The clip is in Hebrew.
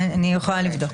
אני יכולה לבדוק.